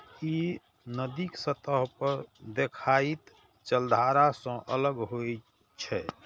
ई नदीक सतह पर देखाइत जलधारा सं अलग होइत छै